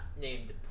named